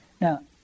Now